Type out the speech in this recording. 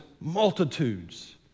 multitudes